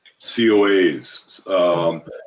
COAs